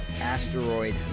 Asteroid